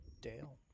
Dale